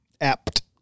apt